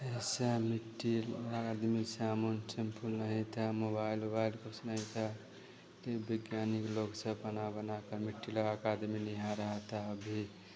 ऐसा मिट्टी आदमी साबुन सेम्पुल नहीं था मोबाइल उबाइल कुछ नहीं था वैज्ञानिक लोग सब बना बना कर मिट्टी लगाकर आदमी नहा रहा था अभी